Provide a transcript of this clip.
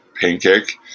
pancake